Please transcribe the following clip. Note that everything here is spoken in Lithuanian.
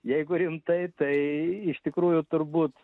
jeigu rimtai tai iš tikrųjų turbūt